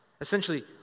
Essentially